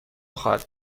خواهد